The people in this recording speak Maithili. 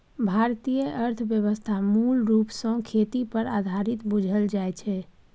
भारतीय अर्थव्यवस्था मूल रूप सँ खेती पर आधारित बुझल जाइ छै